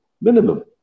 Minimum